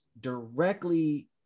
directly